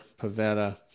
Pavetta